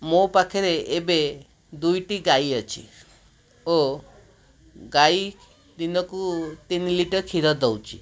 ମୋ ପାଖରେ ଏବେ ଦୁଇଟି ଗାଈ ଅଛି ଓ ଗାଈ ଦିନକୁ ତିନି ଲିଟର କ୍ଷୀର ଦେଉଛି